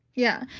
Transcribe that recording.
yeah.